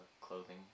Clothing